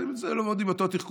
אצלנו עובדים עם אותו תחכום,